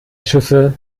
schüsse